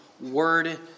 word